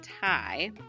tie